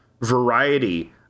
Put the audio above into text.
variety